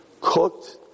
cooked